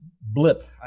blip